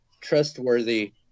trustworthy